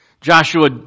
Joshua